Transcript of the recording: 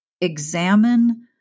examine